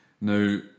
Now